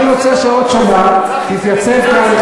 אני רוצה שעוד שנה תתייצב כאן,